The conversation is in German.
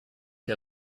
der